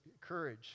courage